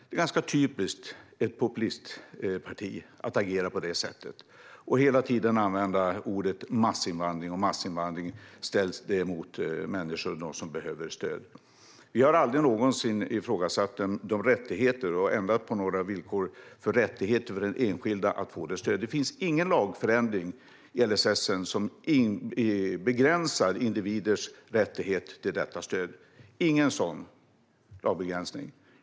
Det är ganska typiskt ett populistparti att agera på det sättet och att hela tiden använda ordet massinvandring. Och massinvandring ställs mot människor som behöver stöd. Vi har aldrig någonsin ifrågasatt dessa rättigheter eller ändrat på några villkor när det gäller rättigheter för den enskilda att få detta stöd. Det finns ingen förändring i LSS som begränsar individers rättighet till detta stöd. Det finns ingen sådan lagbegränsning.